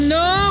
no